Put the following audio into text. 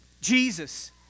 Jesus